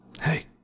hey